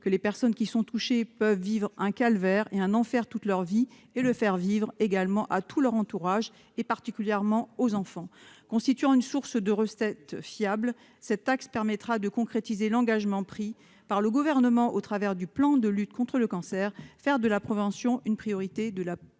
Les personnes qui sont touchées peuvent vivre un calvaire et un enfer toute leur vie et le faire vivre également à tout leur entourage, particulièrement aux enfants. Constituant une source de recettes fiables, cette taxe permettra de concrétiser l'engagement pris par le Gouvernement au travers de la stratégie décennale de lutte contre les cancers 2021-2030 : faire de la prévention une priorité de la politique